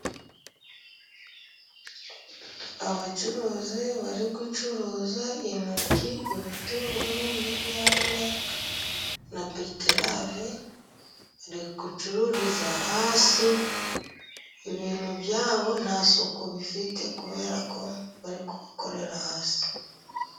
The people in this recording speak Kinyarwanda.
Abacuruzi bari gucuruza intoryi, ibitunguru n'inyanya na beterave, bari gucururiza hasi ibintu byabo nta suku bifite kubera ko bari gukorera hasi.